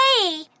Hey